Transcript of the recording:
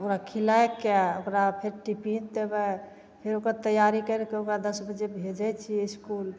ओकरा खिलाइके ओकरा फेर टिफिन देबै फेर ओकर तैआरी करिके ओकरा दस बजे भेजै छिए इसकुल